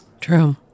True